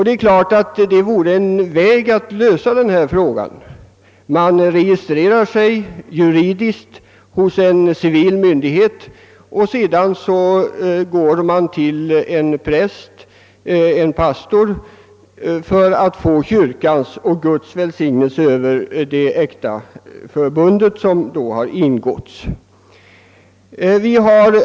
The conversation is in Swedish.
Det är klart att det vore en väg att lösa denna fråga. Man registrerar sig juridiskt hos en civil myndighet, och sedan går man till en präst för att få kyrkans och Guds välsignelse över det äkta förbund som har ingåtts.